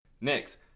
Next